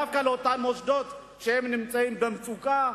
דווקא לאותם מוסדות שנמצאים במצוקה?